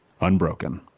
unbroken